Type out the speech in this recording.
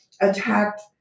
attacked